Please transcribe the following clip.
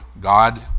God